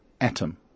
atom